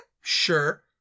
Sure